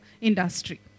industry